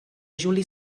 juli